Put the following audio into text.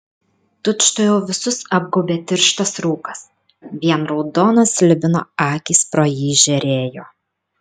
tučtuojau visus apgaubė tirštas rūkas vien raudonos slibino akys pro jį žėrėjo